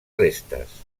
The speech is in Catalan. restes